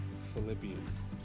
Philippians